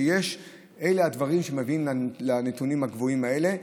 אלה הדברים שמביאים לנתונים הגבוהים האלה.